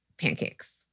pancakes